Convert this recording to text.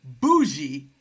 Bougie